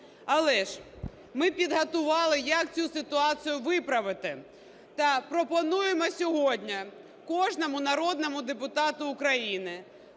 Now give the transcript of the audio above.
Але ж ми підготували, як цю ситуацію виправити. Та пропонуємо сьогодні кожному народному депутату України,